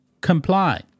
Comply